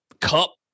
cup